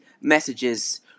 messages